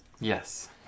Yes